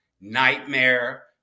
nightmare